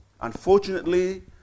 unfortunately